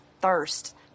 thirst